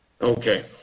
Okay